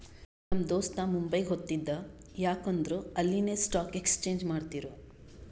ನಮ್ ದೋಸ್ತ ಮುಂಬೈಗ್ ಹೊತ್ತಿದ ಯಾಕ್ ಅಂದುರ್ ಅಲ್ಲಿನೆ ಸ್ಟಾಕ್ ಎಕ್ಸ್ಚೇಂಜ್ ಮಾಡ್ತಿರು